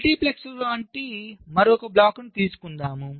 multiplexer వంటి మరొక బ్లాక్ను తీసుకుందాం